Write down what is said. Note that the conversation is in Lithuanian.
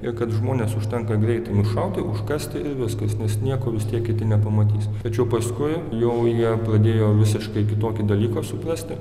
ir kad žmones užtenka greitai nušauti užkasti ir viskas nes nieko vis tiek kiti nepamatys tačiau paskui jau jie pradėjo visiškai kitokį dalyką suprasti